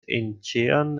incheon